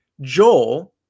Joel